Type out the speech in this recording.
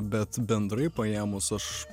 bet bendrai paėmus aš